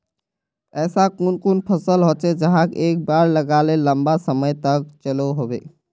ऐसा कुन कुन फसल होचे जहाक एक बार लगाले लंबा समय तक चलो होबे?